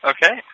Okay